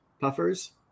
puffers